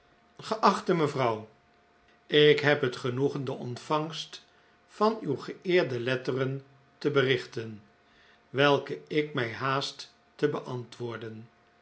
geachte mevrouw ik heb het genoegen de ontvangst van uw geeerde letteren te berichten welke ik mij haast te beantwoorden